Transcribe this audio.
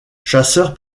chasseur